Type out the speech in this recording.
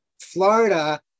Florida